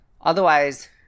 otherwise